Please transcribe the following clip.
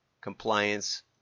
compliance